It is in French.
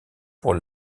pour